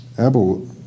Abel